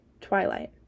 Twilight